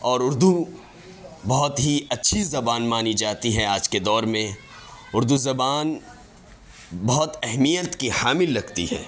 اور اردو بہت ہی اچھی زبان مانی جاتی ہے آج کے دور میں اردو زبان بہت اہمیت کی حامل لگتی ہے